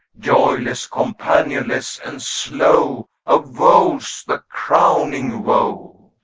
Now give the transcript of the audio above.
joyless, companionless and slow, of woes the crowning woe.